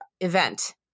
event